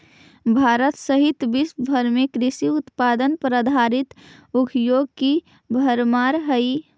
भारत सहित विश्व भर में कृषि उत्पाद पर आधारित उद्योगों की भरमार हई